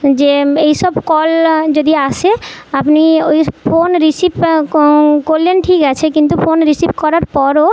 যে এইসব কল যদি আসে আপনি ওই ফোন রিসিভ ক করলেন ঠিক আছে কিন্তু ফোন রিসিভ করার পরও